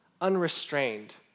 unrestrained